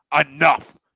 enough